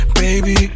baby